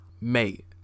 Mate